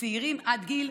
וצעירים עד גיל,